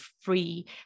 free